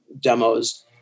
demos